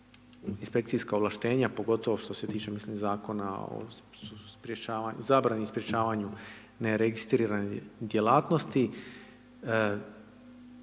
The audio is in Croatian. inspekcijska ovlaštenja, pogotovo što se tiče, mislim Zakona o zabrani i sprječavanju neregistriranih djelatnosti.